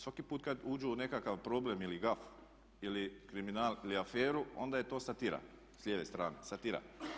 Svaki put kada uđu u nekakav problem ili gaf ili kriminal ili aferu onda je to satira s lijeve strane, satira.